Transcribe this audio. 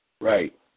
Right